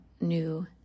new